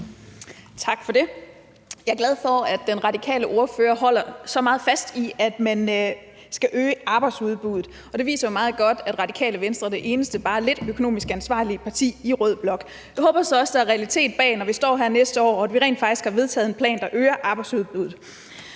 Tak for det. Jeg er glad for, at den radikale ordfører holder så meget fast i, at man skal øge arbejdsudbuddet, og det viser jo meget godt, at Radikale Venstre er det eneste bare lidt økonomisk ansvarlige parti i rød blok. Jeg håber så også, at der er realitet bag, når vi står her næste år, og at vi rent faktisk har vedtaget en plan, der øger arbejdsudbuddet.